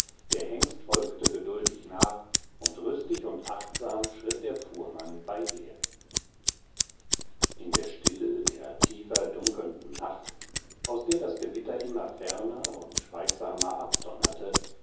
der hengst folgte geduldig nach und rüstig und achtsam schritt der fuhrmann beiher in der stille der tiefer dunkelnden nacht aus der das gewitter immer ferner und schweigsamer abdonnerte